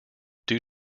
due